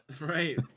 Right